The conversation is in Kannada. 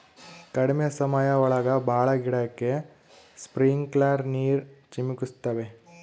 ಕಡ್ಮೆ ಸಮಯ ಒಳಗ ಭಾಳ ಗಿಡಕ್ಕೆ ಸ್ಪ್ರಿಂಕ್ಲರ್ ನೀರ್ ಚಿಮುಕಿಸ್ತವೆ